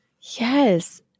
Yes